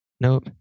Nope